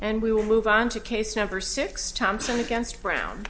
and we will move on to case number six thompson against brown